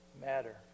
Matter